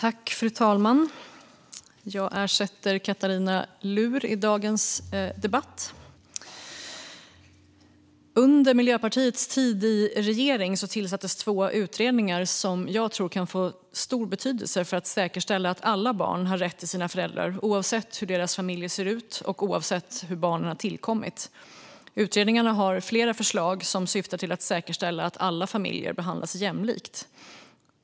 Fru talman! Jag ersätter Katarina Luhr i dagens debatt. Under Miljöpartiets tid i regering tillsattes två utredningar som jag tror kan få stor betydelse i arbetet för att säkerställa att alla barn har rätt till sina föräldrar, oavsett hur deras familjer ser ut och oavsett hur barnen har tillkommit. Utredningarna har flera förslag som syftar till att säkerställa att alla familjer behandlas jämlikt.